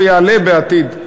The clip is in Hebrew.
ויעלה בעתיד,